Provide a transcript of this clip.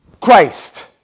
Christ